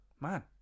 man